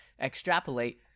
extrapolate